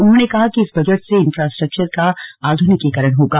उन्होंने कहा कि इस बजट से इन्फ्रास्ट्रक्चर का आधुनिकी करण होगा